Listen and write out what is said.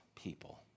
people